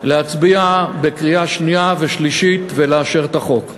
להצביע בקריאה שנייה ושלישית ולאשר את החוק.